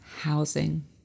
housing